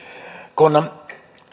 kun